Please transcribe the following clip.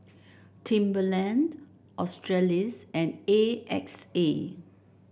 Timberland Australis and A X A